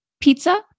Pizza